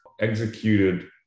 executed